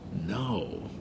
No